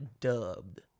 Dubbed